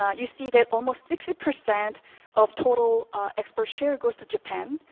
ah you see that almost sixty percent of total export shares goes to japan,